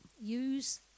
Use